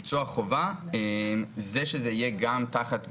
מקצוע חובה, זה שזה יהיה תחת גיאוגרפיה,